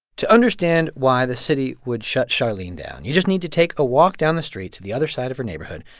to understand why the city would shut charlene down, you just need to take a walk down the street to the other side of her neighborhood,